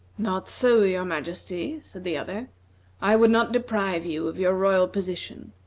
not so, your majesty, said the other i would not deprive you of your royal position,